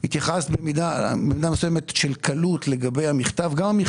האזרחים בקנדה אוהבים את המערכת הבנקאית.